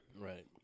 Right